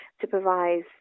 supervise